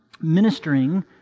ministering